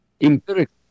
Empirical